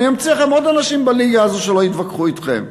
אני אמציא לכם עוד אנשים בליגה הזו שלא יתווכחו אתכם.